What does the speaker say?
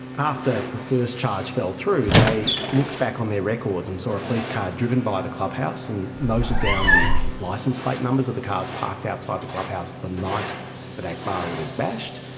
after the first charge fell through they looked back on their records and saw a police car driven by the clubhouse and noted down the license plate numbers of the cars parked outside the clubhouse the night that aakbari was bashed.